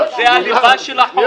זה הלב של החוק.